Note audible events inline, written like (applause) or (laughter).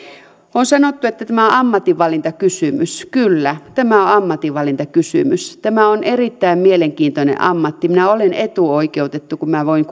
on sanottu että tämä on ammatinvalintakysymys kyllä tämä on ammatinvalintakysymys tämä on erittäin mielenkiintoinen ammatti minä olen etuoikeutettu kun minä voin (unintelligible)